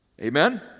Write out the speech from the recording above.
Amen